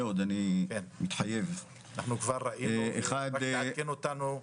אם יש יוזמה טובה מן השטח אנחנו מאמצים אותה.